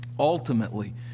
Ultimately